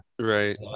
Right